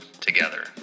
together